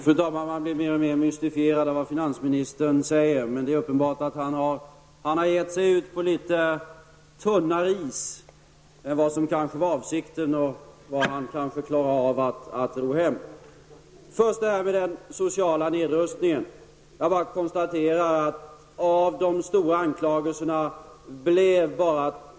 Fru talman! Man blir mer och mer mystifierad över det finansministern säger. Det är uppenbart att han har gett sig ut på litet tunnare is än som var avsikten och vad han kanske klarar av att ro hem. Först till den sociala nedrustningen. Jag kan konstatera att det av de stora anklagelserna bara blev tomma ord.